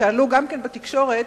שגם הם עלו בתקשורת,